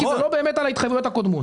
זה לא באמת על ההתחייבויות הקודמות.